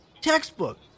Textbook